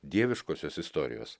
dieviškosios istorijos